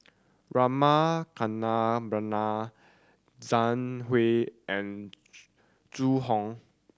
Rama Kannabiran Zhang Hui and Zhu Hong